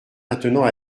maintenant